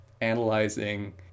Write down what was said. analyzing